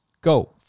go